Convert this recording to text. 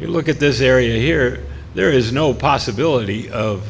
you look at this area here there is no possibility of